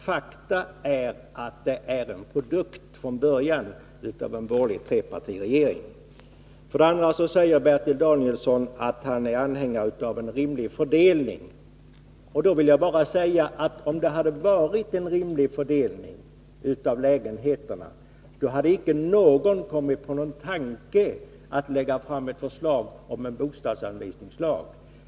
Faktum är emellertid att lagen är en produkt av en borgerlig trepartiregering. Bertil Danielsson säger att han är anhängare av en rimlig fördelning av lägenheterna. Om det hade varit en sådan rimlig fördelning, hade ingen kommit på tanken att lägga fram ett förslag om en bostadsanvisningslag.